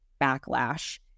backlash